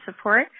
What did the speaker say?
support